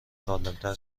سالمتر